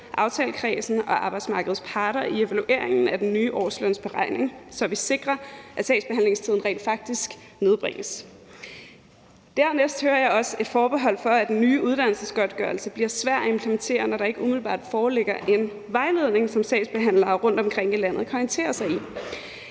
aftalekredsen og arbejdsmarkedets parter i evalueringen af den nye årslønsberegning, altså så vi sikrer, at sagsbehandlingstiden rent faktisk nedbringes. Dernæst hører jeg også et forbehold for, at den nye uddannelsesgodtgørelse bliver svær at implementere, når der ikke umiddelbart foreligger en vejledning, som sagsbehandlere rundtomkring i landet kan orientere sig i.